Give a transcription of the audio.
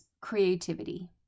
creativity